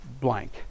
blank